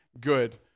good